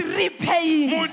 repaying